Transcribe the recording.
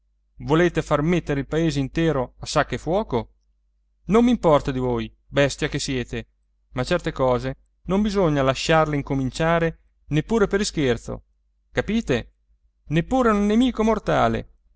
volete far mettere il paese intero a sacco e fuoco non m'importa di voi bestia che siete ma certe cose non bisogna lasciarle incominciare neppure per ischerzo capite neppure a un nemico mortale